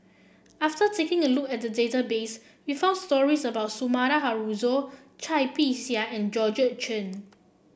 after taking a look at the database we found stories about Sumida Haruzo Cai Bixia and Georgette Chen